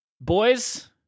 Boys